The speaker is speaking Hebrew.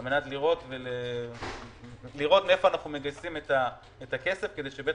על מנת לראות מאיפה אנחנו מגייסים את הכסף כדי שבית